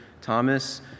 Thomas